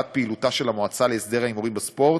פעילותה של המועצה להסדר ההימורים בספורט,